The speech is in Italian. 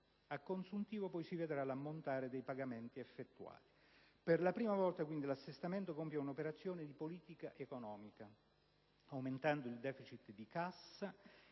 A consuntivo poi si vedrà l'ammontare dei pagamenti effettuati. Per la prima volta, quindi, l'assestamento compie un'operazione di politica economica, aumentando il deficit di cassa.